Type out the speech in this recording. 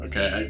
Okay